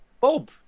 Bob